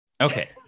okay